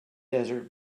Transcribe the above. desert